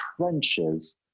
trenches